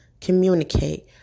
Communicate